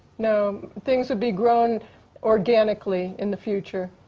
no, things will be grown organically in the future.